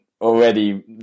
already